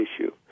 issue